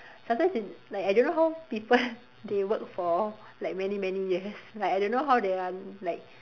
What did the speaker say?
sometimes in like I don't know how people they work for like many many years like I don't know how they are like